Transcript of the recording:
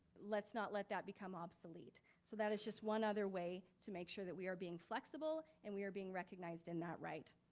let's not let that become obsolete. so that is just one other way to make sure that we are being flexible and we are being recognized in that right.